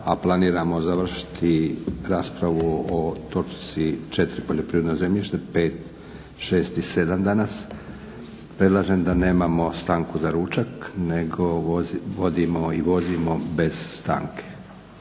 a planiramo završiti raspravu o točci 4. Poljoprivredno zemljište, 5., 6. i 7. danas, predlažem da nemamo stanku za ručak nego vodimo i vozimo bez stanke.